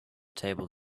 table